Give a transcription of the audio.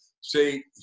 say